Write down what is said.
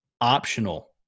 optional